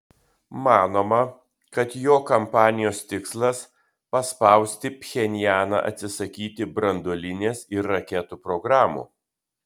manoma kad jo kampanijos tikslas paspausti pchenjaną atsisakyti branduolinės ir raketų programų